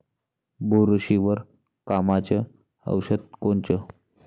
बुरशीवर कामाचं औषध कोनचं?